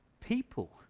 People